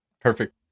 Perfect